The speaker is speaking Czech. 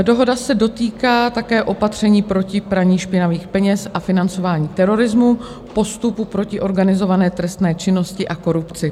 Dohoda se dotýká také opatření proti praní špinavých peněz a financování terorismu, postupu proti organizované trestné činnosti a korupci.